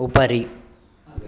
उपरि